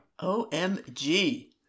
OMG